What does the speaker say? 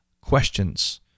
questions